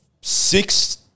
six